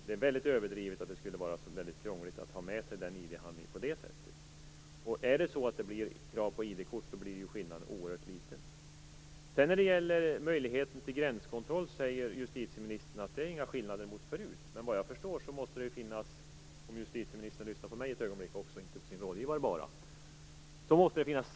Det är överdrivet att det skulle vara så krångligt att ha med sig en sådan ID-handling. Om det blir krav på ID-kort blir skillnaden oerhört liten. Justitieministern säger att det inte är någon skillnad mot förut när det gäller möjligheten till gränskontroll. Men vad jag förstår måste det finnas sannolika skäl för misstanke - om justitieministern lyssnar på mig ett ögonblick och inte bara på sin rådgivare.